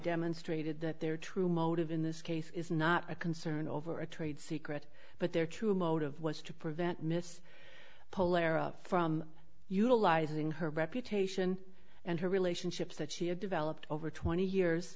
demonstrated that their true motive in this case is not a concern over a trade secret but their true motive was to prevent miss polarise from utilizing her reputation and her relationships that she had developed over twenty years